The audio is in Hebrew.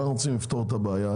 אנחנו רוצים לפתור את הבעיה.